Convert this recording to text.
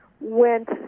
went